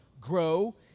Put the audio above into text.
grow